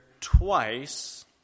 twice